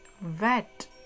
vet